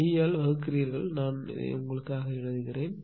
D ஆல் வகுக்கிறீர்கள் நான் உங்களுக்காக எழுதுகிறேன்